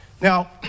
Now